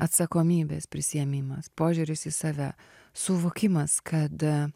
atsakomybės prisiėmimas požiūris į save suvokimas kad